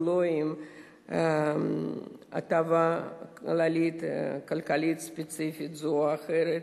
ולא עם הטבה כלכלית ספציפית זו או אחרת.